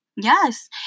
Yes